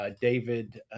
David